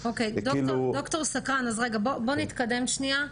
ד"ר סקרן, בוא נתקדם שנייה.